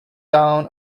down